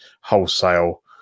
wholesale